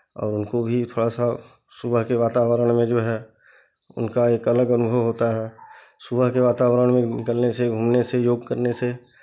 और उनको भी थोड़ा सा सुबह के वातावरण में जो है उनका एक अलग अनुभव होता है सुबह के वातावरण में निकलने घूमने से योग करने से